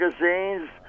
magazines